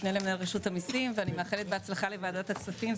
משנה למנהל רשות המיסים ואני מאחלת בהצלחה לוועדת הכספים.